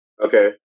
Okay